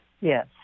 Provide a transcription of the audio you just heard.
Yes